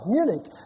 Munich